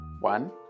one